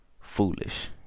foolish